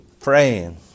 Praying